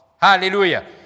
Hallelujah